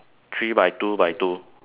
three by two by two